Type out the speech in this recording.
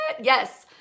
Yes